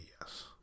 Yes